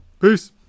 Peace